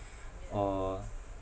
or